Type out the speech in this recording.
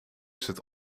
zit